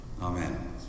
Amen